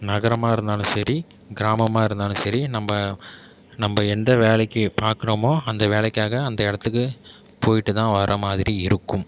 நகரமாக இருந்தாலும் சரி கிராமமாக இருந்தாலும் சரி நம்ப நம்ப எந்த வேலைக்கு பார்க்குறோமோ அந்த வேலைக்காக அந்த இடத்துக்கு போய்விட்டு தான் வர மாதிரி இருக்கும்